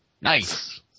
Nice